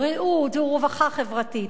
בריאות ורווחה חברתית.